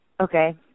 Okay